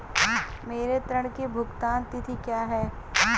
मेरे ऋण की भुगतान तिथि क्या है?